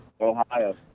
Ohio